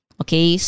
okay